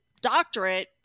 doctorate